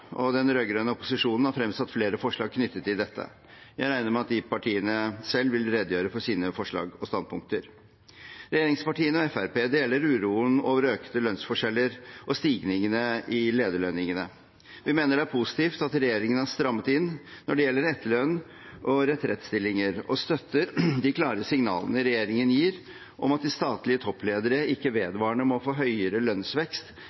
og den rød-grønne opposisjonen har fremsatt flere forslag knyttet til dette. Jeg regner med at de partiene selv vil redegjøre for sine forslag og standpunkter. Regjeringspartiene og Fremskrittspartiet deler uroen over økende lønnsforskjeller og stigningene i lederlønningene. Vi mener det er positivt at regjeringen har strammet inn når det gjelder etterlønn og retrettstillinger, og støtter de klare signalene regjeringen gir om at de statlige toppledere ikke vedvarende må få høyere lønnsvekst